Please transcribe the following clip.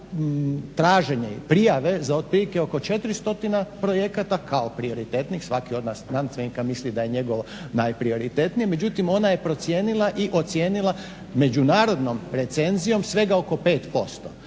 svaki od nas znanstvenika misli da njegovo najprioritetnije. Međutim, ona je procijenila i ocijenila međunarodnom recenzijom, svega oko 5%,